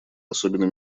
особенно